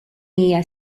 hija